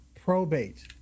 probate